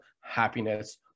happiness